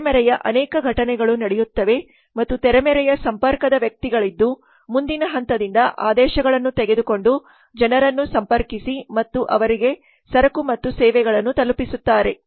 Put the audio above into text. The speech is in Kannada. ಆದ್ದರಿಂದ ತೆರೆಮರೆಯ ಅನೇಕ ಘಟನೆಗಳು ನಡೆಯುತ್ತವೆ ಮತ್ತು ತೆರೆಮರೆಯ ಸಂಪರ್ಕದ ವ್ಯಕ್ತಿಗಳಿದ್ದು ಮುಂದಿನ ಹಂತದಿಂದ ಆದೇಶಗಳನ್ನು ತೆಗೆದುಕೊಂಡು ಜನರನ್ನು ಸಂಪರ್ಕಿಸಿ ಮತ್ತು ಅವರಿಗೆ ಸರಕು ಮತ್ತು ಸೇವೆಗಳನ್ನು ತಲುಪಿಸುತ್ತಾರೆ